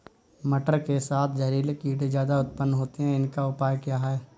मटर के साथ जहरीले कीड़े ज्यादा उत्पन्न होते हैं इनका उपाय क्या है?